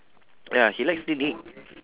ya he likes cleaning